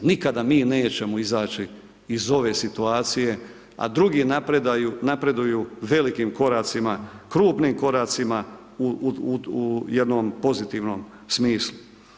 Nikada mi nećemo izaći iz ove situacije a drugi napreduju velikim koracima, krupnim koracima u jednom pozitivnom smislu.